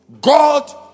God